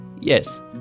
Yes